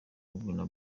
warner